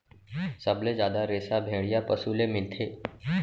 सबले जादा रेसा भेड़िया पसु ले मिलथे